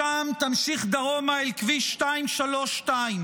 משם תמשיך דרומה אל כביש 232,